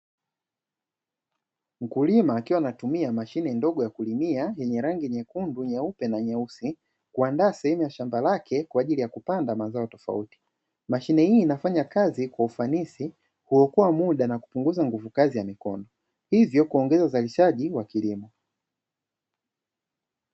Mkulima akiwa anatumia mashine ndogo ya kulimia yenye rangi nyekundu, nyeupe na nyeusi kuandaa sehemu ya shamba lake kwa ajili ya kupanda mazao tofauti. Mashine hii inafanya kazi kwa ufanisi, huokoa muda na kupunguza nguvu kazi ya mikono hivyo kuongeza uzalishaji wa kilimo.